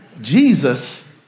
Jesus